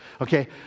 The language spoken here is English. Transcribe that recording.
Okay